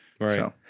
right